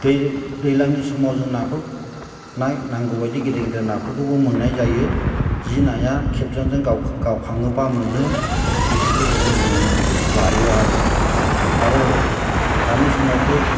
बे दैज्लांनि समाव जों नाखौ ना नांगौफोरबायदि गिदिर गिदिर नाफोरखौबो मोननाय जायो जि नाया खेबजांजों गावखाङोब्ला मोनो बेफोरखौ जों लायो आरो आरो दानि समावथ'